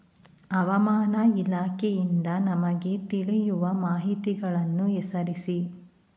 ಹವಾಮಾನ ಇಲಾಖೆಯಿಂದ ನಮಗೆ ತಿಳಿಯುವ ಮಾಹಿತಿಗಳನ್ನು ಹೆಸರಿಸಿ?